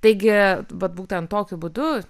taigi vat būtent tokiu būdu